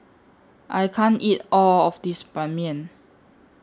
I can't eat All of This Ban Mian